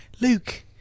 Luke